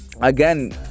again